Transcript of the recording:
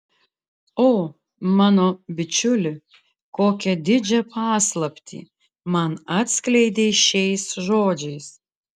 o mano bičiuli kokią didžią paslaptį man atskleidei šiais žodžiais